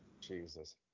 Jesus